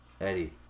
Eddie